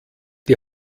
die